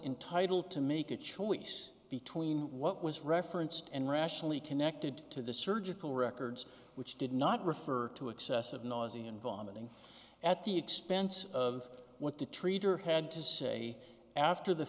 entitle to make a choice between what was referenced and rationally connected to the surgical records which did not refer to excessive noisy and vomiting at the expense of what the treater had to say after the